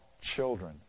children